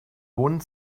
wohnen